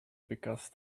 because